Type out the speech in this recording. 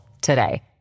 today